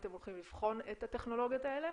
אתם הולכים לבחון את הטכנולוגיות האלה.